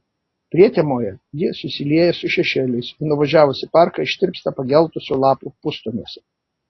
prietemoje ji susilieja su šešėliais o nuvažiavus į parką ištirpsta pageltusių lapų pustoniuose